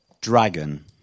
dragon